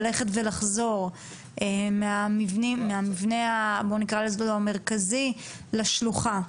ללכת ולחזור בין המבנים מהמבנה המרכזי לשלוחה?